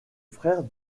frère